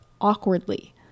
awkwardly